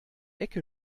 ecke